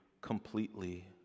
completely